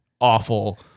awful